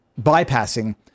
bypassing